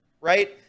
right